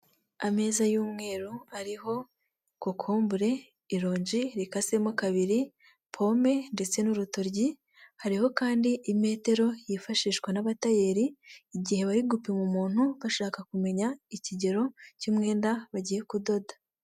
Ameza y'umweru ariho kokombure, ironji rikasemo kabiri, pome ndetse n'urutoryi, hariho kandi imetero yifashishwa n’abatayeri igihe bari gupima umuntu, bashaka kumenya ikigero cy'umwenda bagiye kudoda.